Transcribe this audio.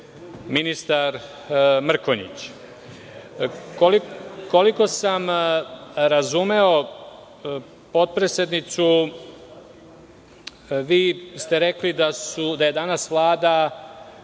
ministar Mrkonjić. Koliko sam razumeo potpredsednicu, vi ste rekli da je danas Vlada,